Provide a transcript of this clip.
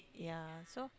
yeah so